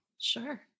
Sure